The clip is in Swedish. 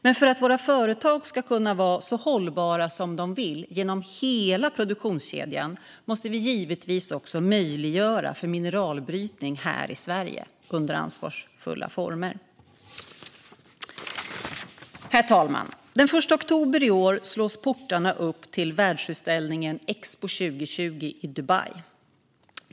Men för att våra företag ska kunna vara så hållbara som de vill genom hela produktionskedjan måste vi givetvis möjliggöra mineralbrytning här i Sverige - under ansvarsfulla former. Herr talman! Den 1 oktober i år slås portarna upp till världsutställningen Expo 2020 i Dubai.